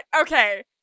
Okay